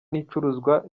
n’icuruzwa